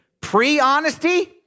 pre-honesty